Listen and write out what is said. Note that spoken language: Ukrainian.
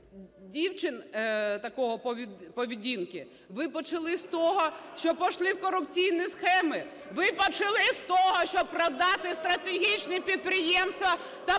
дівчину такої поведінки… ви почали з того, що пішли в корупційні схеми, ви почали з того, щоб продати стратегічні підприємства та